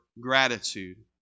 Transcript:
gratitude